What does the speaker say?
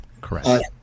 Correct